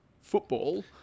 football